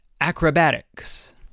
acrobatics